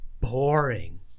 boring